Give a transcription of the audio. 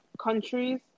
Countries